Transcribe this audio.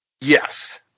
Yes